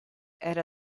era